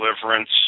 deliverance